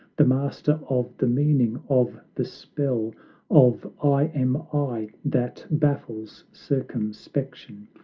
the master of the meaning of the spell of i am i that baffles circumspection,